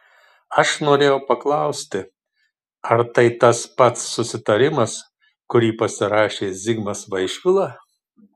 aš norėjau paklausti ar tai tas pats susitarimas kurį pasirašė zigmas vaišvila